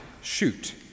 shoot